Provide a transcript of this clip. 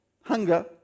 Hunger